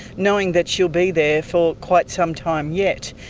knowing that she will be there for quite some time yet.